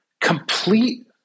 Complete